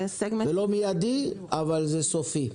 זה לא מיידי, אבל זה סופי.